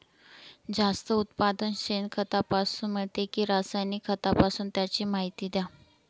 जास्त उत्पादन शेणखतापासून मिळते कि रासायनिक खतापासून? त्याची माहिती द्या